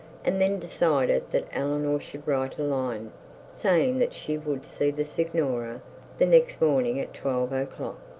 and then decided that eleanor should write a line saying that she would see the signora the next morning, at twelve o'clock.